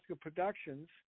Productions